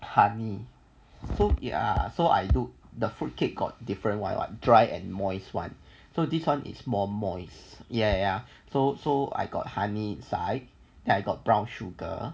honey fruit ya so I do the fruitcake got different while dry and moist one so this one is more moist ya ya so so I got honey inside then I got brown sugar